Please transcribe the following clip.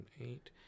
eight